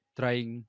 trying